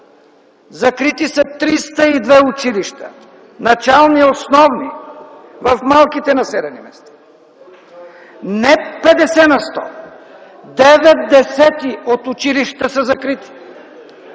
Закрити са 302 училища – начални и основни, в малките населени места. Не 50 на сто, девет десети от училищата са закрити.